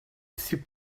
c’est